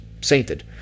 sainted